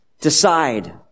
Decide